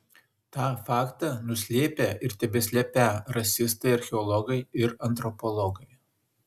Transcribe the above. tą faktą nuslėpę ir tebeslepią rasistai archeologai ir antropologai